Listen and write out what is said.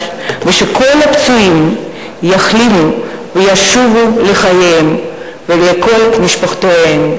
וכל הפצועים יחלימו וישובו לחייהם ולמשפחותיהם.